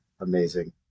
amazing